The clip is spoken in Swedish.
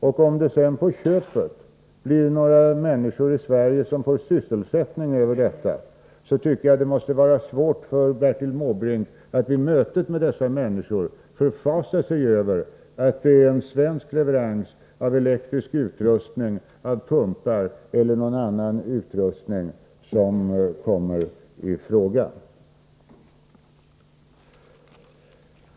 Om sedan på köpet sysselsättningen ökar i Sverige Nr 153 genom detta, måste det vara svårt för Bertil Måbrink att vid mötet med dessa Torsdagen den människor förfasa sig över att en svensk leverans av elektrisk utrustning, 24 maj 1984 pumpar eller annan utrustning kommer i fråga.